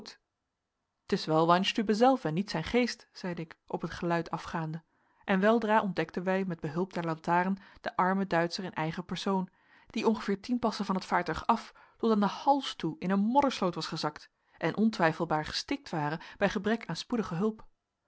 t is wel weinstübe zelf en niet zijn geest zeide ik op het geluid afgaande en weldra ontdekten wij met behulp der lantaren den armen duitscher in eigen persoon die ongeveer tien passen van het vaartuig af tot aan den hals toe in een moddersloot was gezakt en ontwijfelbaar gestikt ware bij gebrek aan spoedige hulp